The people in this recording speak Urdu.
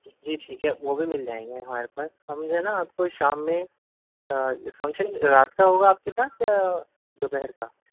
جی ٹھیک ہے وہ بھی مِل جائیں گے ہمارے پاس ہم جو ہے نہ آپ کو شام میں فنکشن رات کا ہوگا آپ کے پاس یا دوپہر کا